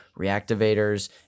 Reactivators